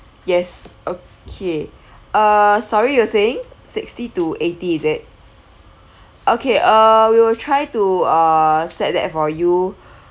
yes okay uh sorry you were saying sixty to eighty is it okay uh we will try to uh set that for you